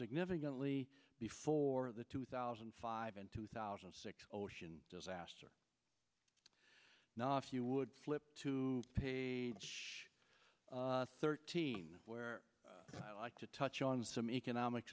significantly before the two thousand and five and two thousand and six ocean disaster now if you would flip to page thirteen where i like to touch on some economics